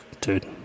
dude